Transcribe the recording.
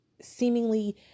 seemingly